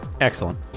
Excellent